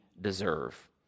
deserve